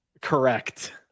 correct